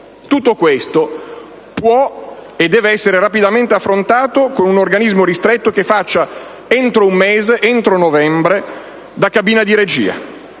Tutto questo può e deve essere rapidamente affrontato con un organismo ristretto che faccia, entro un mese, entro novembre, da cabina di regia.